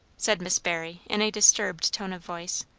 said miss barry in a disturbed tone of voice.